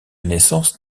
naissance